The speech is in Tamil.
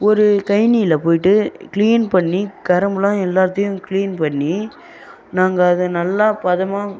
ஒரு கயனியில போய்விட்டு கிளீன் பண்ணி கரும்புலாம் எல்லாத்தையும் கிளீன் பண்ணி நாங்கள் அதை நல்லா பதமாக